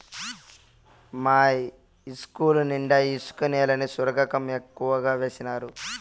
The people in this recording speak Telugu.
మా ఇస్కూలు నిండా ఇసుక నేలని సరుగుకం ఎక్కువగా వేసినారు